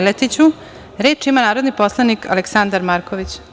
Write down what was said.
Reč ima narodni poslanik Aleksandar Marković.